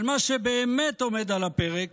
אבל מה שבאמת עומד על הפרק